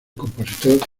compositor